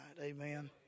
Amen